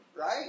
right